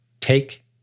take